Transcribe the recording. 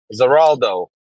Zeraldo